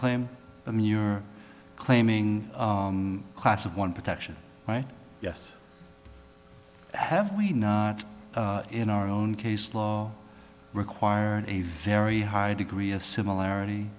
claim i mean you're claiming a class of one protection right yes have we not in our own case law required a very high degree of similarity